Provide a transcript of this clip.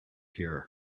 here